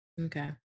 okay